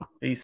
peace